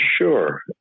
Sure